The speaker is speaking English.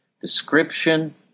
description